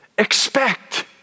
Expect